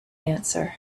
answer